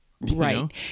Right